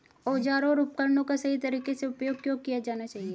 औजारों और उपकरणों का सही तरीके से उपयोग क्यों किया जाना चाहिए?